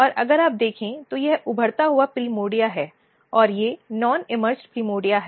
और अगर आप देखें तो यह उभरता हुआ प्राइमोर्डिया है और ये नॉन इमिटेड प्रिमोर्डिया हैं